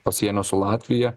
pasienio su latvija